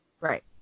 Right